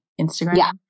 Instagram